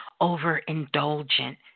overindulgent